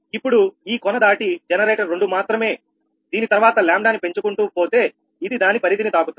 ఇప్పుడు ఈ కోన దాటి జనరేటర్ 2 మాత్రమే దీని తర్వాత 𝜆 ని పెంచుకుంటూ పోతే ఇది దాని పరిధిని తాకుతుంది